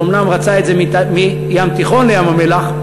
שאומנם רצה את זה מהים התיכון לים-המלח,